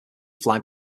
fly